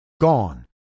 gone